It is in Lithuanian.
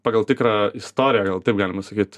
pagal tikrą istoriją gal taip galima sakyti